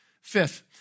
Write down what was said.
Fifth